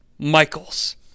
Michaels